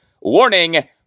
Warning